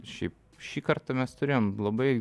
šiaip šį kartą mes turėjom labai